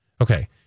Okay